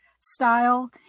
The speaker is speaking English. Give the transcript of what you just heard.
style